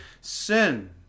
sin